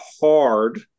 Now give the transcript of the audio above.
hard